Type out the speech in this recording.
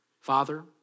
Father